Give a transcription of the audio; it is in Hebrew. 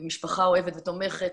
עם משפחה אוהבת ותומכת,